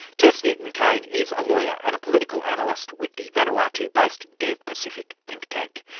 tess newton cain is a lawyer and a political analyst with the vanuatu-based devpacific think tank.